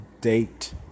date